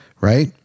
right